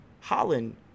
Holland